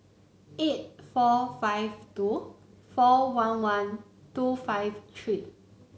eight four five two four one one two five three